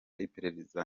iperereza